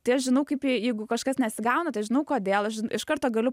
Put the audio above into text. tai aš žinau kaip jeigu kažkas nesigauna tai žinau kodėl aš ž iš karto galiu